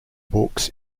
books